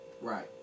Right